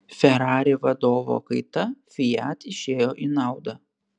ferrari vadovo kaita fiat išėjo į naudą